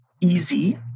easy